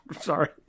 Sorry